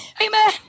Amen